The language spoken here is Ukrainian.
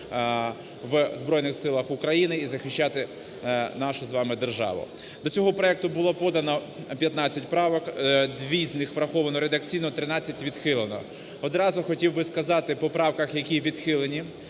в Збройних Силах України і захищати нашу з вами державу. До цього проекту було подано 15 правок, Дві з них враховано редакційно, 13 відхилено. Одразу хотів би сказати по правках, які відхилені,